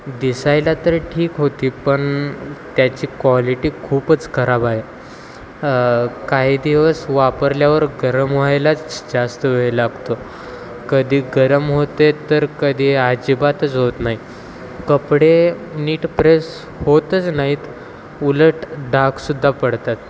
दिसायला तर ठीक होती पण त्याची कॉलिटी खूपच खराब आहे काही दिवस वापरल्यावर गरम व्हायलाच जास्त वेळ लागतो कधी गरम होते तर कधी अजिबातच होत नाही कपडे नीट प्रेस होतच नाहीत उलट डागसुद्धा पडतात